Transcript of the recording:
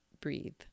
breathe